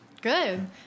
Good